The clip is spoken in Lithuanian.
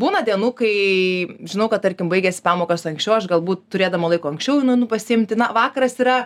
būna dienų kai žinau kad tarkim baigiasi pamokos anksčiau aš galbūt turėdama laiko anksčiau jų nueinu pasiimti na vakaras yra